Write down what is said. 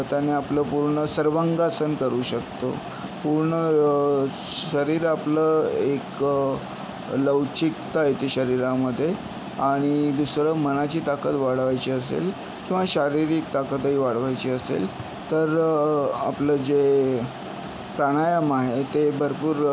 त्यांनं आपलं पूर्ण सर्वांगासन करू शकतो पूर्ण शरीर आपलं एक लवचिकता येते शरीरामध्ये आणि दुसरं मनाची ताकद वाढवायची असेल किंवा शारीरिक ताकदही वाढवायची असेल तर आपलं जे प्राणायाम आहे ते भरपूर